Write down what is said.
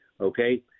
Okay